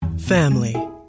family